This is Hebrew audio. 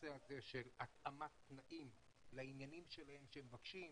הנושא של התאמת תנאים לעניינים שלהם שהם מבקשים,